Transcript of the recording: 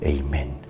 Amen